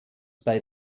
bei